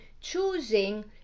choosing